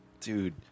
dude